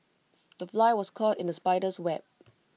the fly was caught in the spider's web